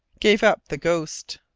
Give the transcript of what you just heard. gave up the ghost.